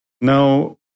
Now